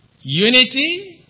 unity